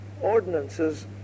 ordinances